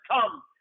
come